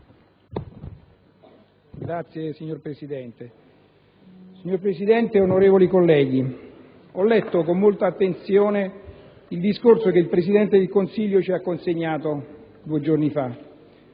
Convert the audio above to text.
finestra") *(IdV)*. Signora Presidente, onorevoli colleghi, ho letto con molta attenzione il discorso che il Presidente del Consiglio ci ha consegnato due giorni fa.